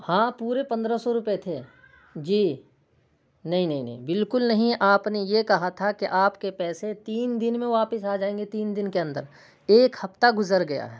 ہاں پورے پندرہ سو روپیے تھے جی نہیں نہیں نہیں بالکل نہیں آپ نے یہ کہا تھا کہ آپ کے پیسے تین دن میں واپس آ جائیں گے تین دن کے اندر ایک ہفتہ گزر گیا ہے